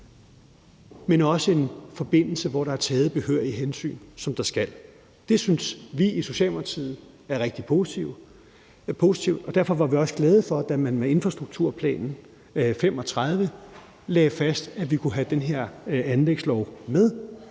men også en forbindelse, hvor der er taget behørigt hensyn, som der skal. Det synes vi i Socialdemokratiet er rigtig positivt, og derfor var vi også glade, da man med infrastrukturplan 2035 lagde fast, at vi kunne have den anlægslov med,